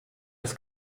des